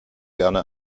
gerne